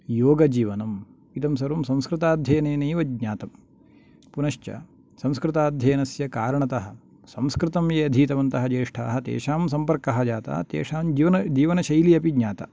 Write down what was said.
योगजीवनम् इदं सर्वं संस्कृताध्ययनेनैव ज्ञातं पुनश्च संस्कृताध्ययनस्य कारणतः संस्कृतं ये अधीतवन्तः ज्येष्ठाः तेषां सम्पर्कः जातः तेषां जीवन जीवनशैली अपि ज्ञाता